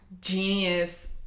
genius